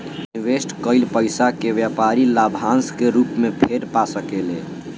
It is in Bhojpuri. इनवेस्ट कईल पइसा के व्यापारी लाभांश के रूप में फेर पा सकेले